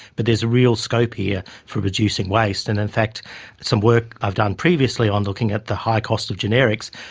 but there is real scope here for reducing waste. and in fact some work i've done previously on looking at the high costs of generics,